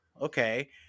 okay